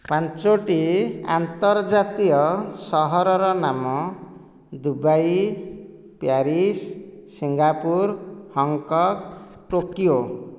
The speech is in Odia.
ପାଞ୍ଚୋଟି ଆନ୍ତର୍ଜାତୀୟ ସହରର ନାମ Dubai Paris Singapore Hong Kong Tokyo